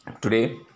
today